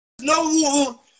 no